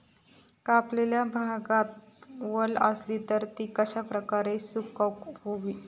कापलेल्या भातात वल आसली तर ती कश्या प्रकारे सुकौक होई?